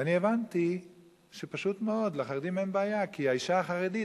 ואני הבנתי שפשוט מאוד לחרדים אין בעיה כי האשה החרדית,